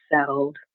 settled